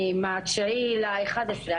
אני מה- 9 לנובמבר.